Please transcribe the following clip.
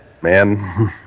man